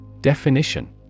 Definition